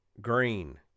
Green